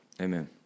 Amen